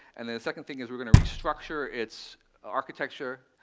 and the second thing is, we're going to restructure its architecture.